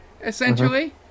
essentially